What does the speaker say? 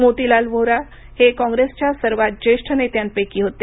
मोतीलाल व्होरा हे काँग्रेसच्या सर्वात ज्येष्ठ नेत्यांपैकी होते